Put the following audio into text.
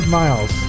miles